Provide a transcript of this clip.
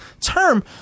term